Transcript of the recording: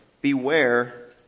beware